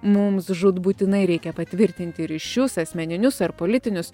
mums žūtbūtinai reikia patvirtinti ryšius asmeninius ar politinius